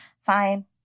fine